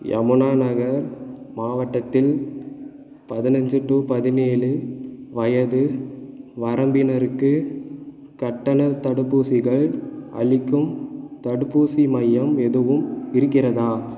யமுனாநகர் மாவட்டத்தின் பதினைஞ்சி டு பதினேழு வயது வரம்பினருக்கு கட்டணத் தடுப்பூசிகள் அளிக்கும் தடுப்பூசி மையம் எதுவும் இருக்கிறதா